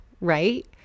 right